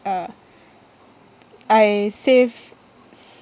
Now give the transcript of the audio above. uh I save